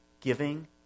giving